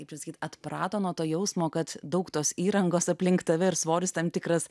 įpraskit atprato nuo to jausmo kad daug tos įrangos aplink tave ir svoris tam tikras